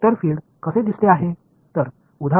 இந்த vector field எப்படி இருக்கும்